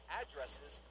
addresses